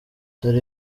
dore